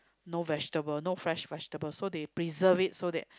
no vegetable no fresh vegetable so they preserve it so that